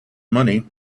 money